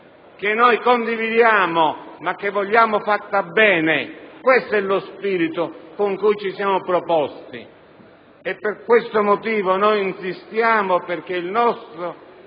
che condividiamo, ma che vogliamo fatta bene? Questo è lo spirito con cui ci siamo opposti e per questo motivo insistiamo perché il nostro